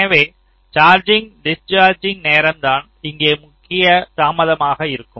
எனவே charging discharging நேரம் தான் இங்கே முக்கிய தாமதமாக இருக்கும்